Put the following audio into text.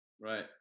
right